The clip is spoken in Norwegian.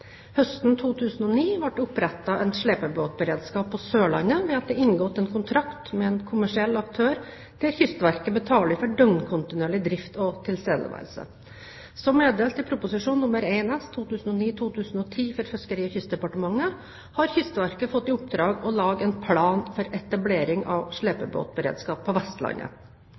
Høsten 2009 ble det opprettet en slepebåtberedskap på Sørlandet ved at det er inngått kontrakt med en kommersiell aktør der Kystverket betaler for døgnkontinuerlig drift og tilstedeværelse. Som meddelt i Prop. 1 S for 2009–2010 for Fiskeri- og kystdepartementet, har Kystverket fått i oppdrag å lage en plan for etablering av slepebåtberedskap på Vestlandet.